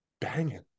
banging